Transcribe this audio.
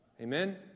Amen